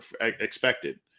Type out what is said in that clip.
expected